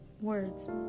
words